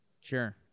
Sure